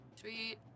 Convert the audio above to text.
Sweet